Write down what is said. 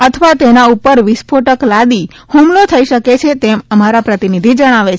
અથવા તેના ઉફર વિસ્ફોટક લાદી હુમલો થઇ શકે છે તેમ અમારા પ્રતિનિધિ જણાવે છે